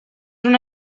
una